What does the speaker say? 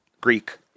greek